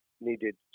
needed